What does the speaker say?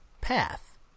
path